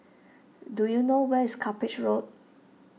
do you know where is Cuppage Road